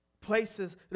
Places